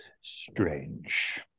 strange